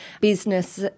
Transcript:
business